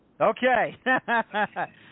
Okay